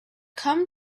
come